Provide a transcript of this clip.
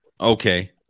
Okay